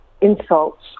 insults